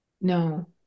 No